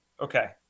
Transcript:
Okay